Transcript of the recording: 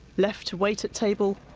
left to wait at table,